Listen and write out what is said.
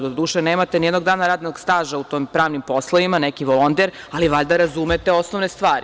Doduše, nemate nijednog dana radnog staža u tim pravnim poslovima, neki volonter, ali valjda razumete osnovne stvari.